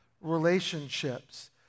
relationships